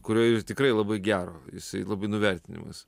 kurio ir tikrai labai gero jisai labai nuvertinimas